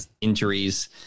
injuries